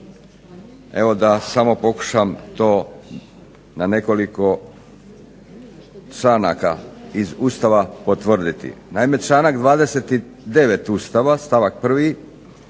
evo da samo pokušam to na nekoliko članaka iz Ustava potvrditi. Naime članak 29. Ustava stavak 1.